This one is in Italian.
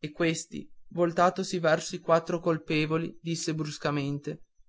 e questi voltatosi verso i quattro colpevoli disse bruscamente